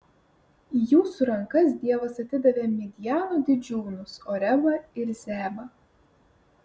į jūsų rankas dievas atidavė midjano didžiūnus orebą ir zeebą